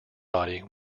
body